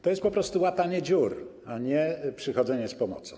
To jest po prostu łatanie dziur, a nie przychodzenie z pomocą.